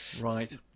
Right